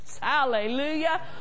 Hallelujah